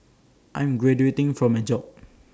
I'm graduating from my job